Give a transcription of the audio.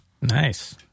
Nice